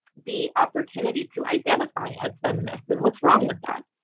the opportunity to identify as feminists and what's wrong with that?